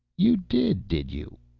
you did, did you?